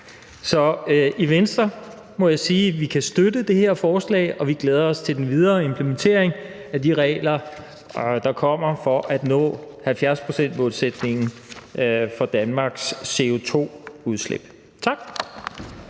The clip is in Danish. på. I Venstre må jeg sige vi kan støtte det her forslag, og vi glæder os til den videre implementering af de regler, der kommer, for at nå 70-procentsmålsætningen for Danmarks CO2-udslip. Tak.